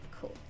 cool